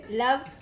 love